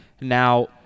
Now